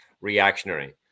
reactionary